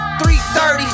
3.30